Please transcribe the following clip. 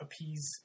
appease